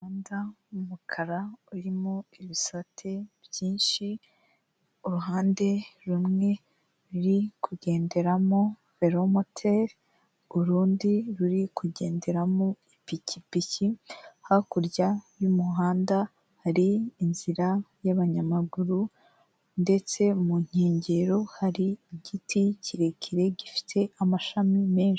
Umuhanda w'umukara urimo ibisate byinshi, uruhande rumwe ruri kugenderamo velomoteri, urundi ruri kugenderamo ipikipiki, hakurya y'umuhanda hari inzira y'abanyamaguru, ndetse mu nkengero hari igiti kirekire, gifite amashami menshi.